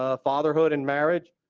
ah fatherhood and marriage,